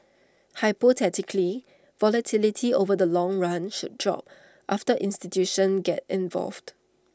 hypothetically volatility over the long run should drop after institutions get involved